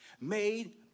made